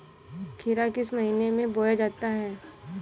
खीरा किस महीने में बोया जाता है?